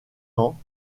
ans